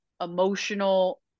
emotional